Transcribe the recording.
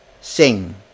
Sing